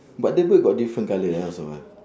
but the bird got different colour your one also [what]